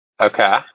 Okay